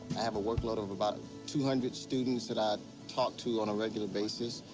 i have a workload of about two hundred students that i talk to on a regular basis.